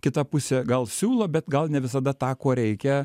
kita pusė gal siūlo bet gal ne visada tą ko reikia